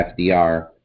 FDR